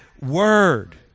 word